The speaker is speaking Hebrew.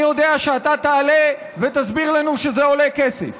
אני יודע שאתה תעלה ותסביר לנו שזה עולה כסף.